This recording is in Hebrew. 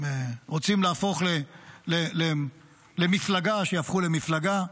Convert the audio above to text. אם רוצים להפוך למפלגה, שיהפכו למפלגה.